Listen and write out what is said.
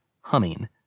humming